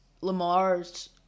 Lamar's